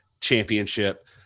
championship